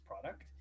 product